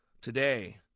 Today